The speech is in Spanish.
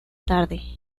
tarde